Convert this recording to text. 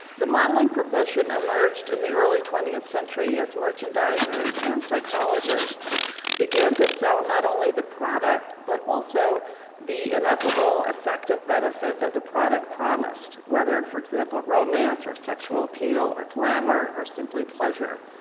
the modeling profession emerged in the early twentieth century as merchandisers and psychologists began to sell not only the product but also the ineffable effective benefit that the product promised, whether, for example, romance or sexual appeal or glamour or simply pleasure.